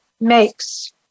makes